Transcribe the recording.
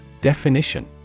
Definition